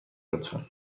لطفا